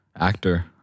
actor